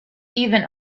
even